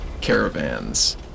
caravans